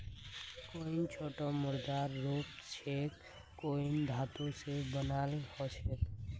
coin छोटो मुद्रार रूप छेक कॉइन धातु स बनाल ह छेक